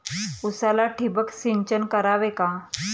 उसाला ठिबक सिंचन करावे का?